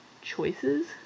choices